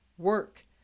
Work